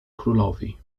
królowi